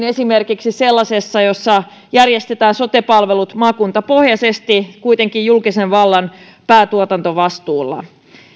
esimerkiksi sellaisessa jossa järjestetään sote palvelut maakuntapohjaisesti kuitenkin julkisen vallan päätuotantovastuulla